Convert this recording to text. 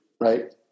right